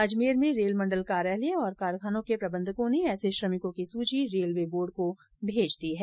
अजमेर में रेल मंडल कार्यालय और कारखानों के प्रबंधकों ने ऐसे श्रमिकों की सूची रेलवे बोर्ड को भेज दी है